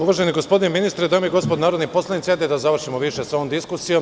Uvaženi gospodine ministre, dame i gospodo narodni poslanici, hajde da završimo sa ovom diskusijom.